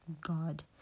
god